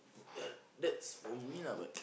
that's for me lah but